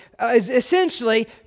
Essentially